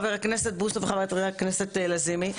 חבר הכנסת בוסו וחברת הכנסת לזימי,